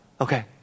Okay